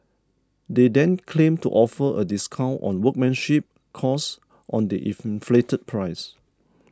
they then claim to offer a discount on workmanship cost on the inflated price